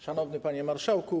Szanowny Panie Marszałku!